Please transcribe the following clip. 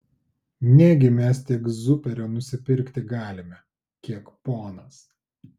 negi mes tiek zuperio nusipirkti galime kiek ponas